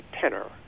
tenor